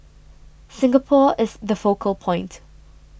Singapore is the focal point